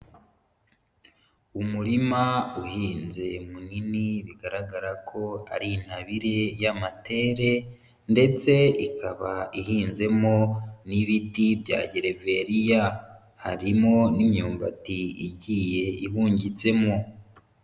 Umurima uhinze munini bigaragara ko ari intabire y'amatere ndetse ikaba ihinzemo n'ibiti bya gereveriya. Harimo n'imyumbati igiye ihungitsemo.